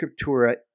scriptura